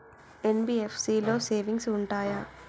NBFC లో savings ఉంటయా?